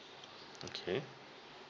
okay